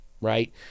Right